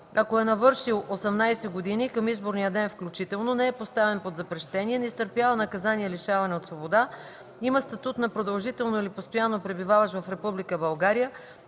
ако е навършил 18 години към изборния ден включително, не е поставен под запрещение, не изтърпява наказание лишаване от свобода, има статут на продължително или постоянно пребиваващ в